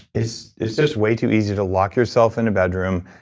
it's it's just way too easy to lock yourself in a bedroom,